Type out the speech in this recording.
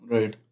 Right